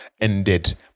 ended